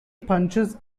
punches